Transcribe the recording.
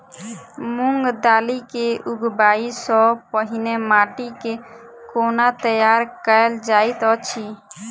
मूंग दालि केँ उगबाई सँ पहिने माटि केँ कोना तैयार कैल जाइत अछि?